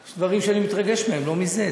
יש דברים שאני מתרגש מהם, לא מזה.